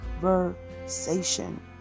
conversation